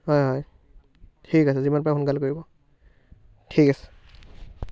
হয় হয় ঠিক আছে যিমান পাৰি সোনকালে কৰিব ঠিক আছে